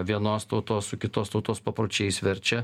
vienos tautos su kitos tautos papročiais verčia